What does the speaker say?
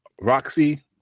Roxy